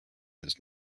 his